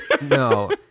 no